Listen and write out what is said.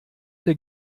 der